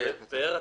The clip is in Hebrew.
ונתחיל בעמ'